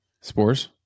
spores